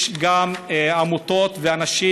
יש גם עמותות ואנשים,